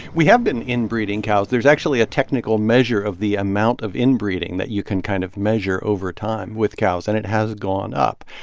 we have been inbreeding cows. there's actually a technical measure of the amount of inbreeding that you can kind of measure over time with cows, and it has gone up.